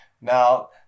Now